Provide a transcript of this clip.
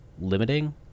limiting